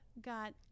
got